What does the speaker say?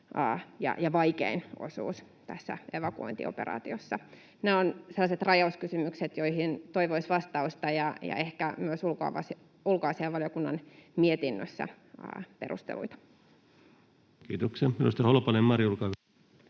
ja vaikein osuus tässä evakuointioperaatiossa. Nämä ovat sellaiset rajauskysymykset, joihin toivoisi vastausta ja ehkä myös ulkoasiainvaliokunnan mietinnössä perusteluita. [Speech 97] Speaker: Ensimmäinen